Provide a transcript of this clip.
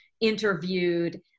interviewed